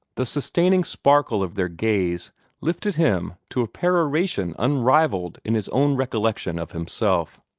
the sustaining sparkle of their gaze lifted him to a peroration unrivalled in his own recollection of himself.